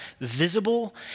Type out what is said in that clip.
visible